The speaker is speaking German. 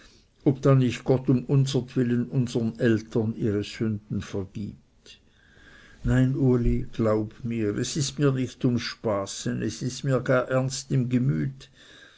ob dann nicht gott um unsertwillen unsern eltern ihre sünden vergibt nein uli glaub es ist mir nicht ums spaßen es ist mir gar ernst im gemüt